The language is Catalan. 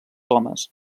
homes